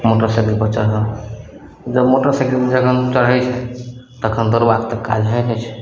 motor साइकिलपर चढ़ल जब मोटरसाइकिलपर जखन चढ़य छै तखन तरुआक तऽ काज हइ नहि छै